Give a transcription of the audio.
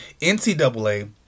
NCAA